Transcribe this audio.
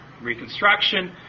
Reconstruction